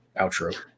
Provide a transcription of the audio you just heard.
outro